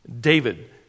David